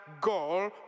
goal